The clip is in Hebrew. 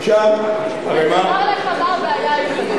אומר לך מה הבעיה העיקרית,